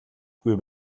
үгүй